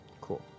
cool